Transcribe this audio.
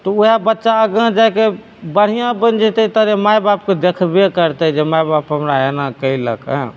तऽ ओहए बच्चा आगाँ जाइके बढ़िआँ बनि जैतै तरे माइबापके देखबे करतै जे माइबाप हमरा एना कैलक एँ